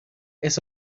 احساس